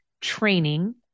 training